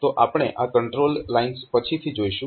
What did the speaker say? તો આપણે આ કંટ્રોલ લાઇન્સ પછીથી જોઈશું